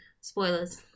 Spoilers